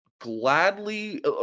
gladly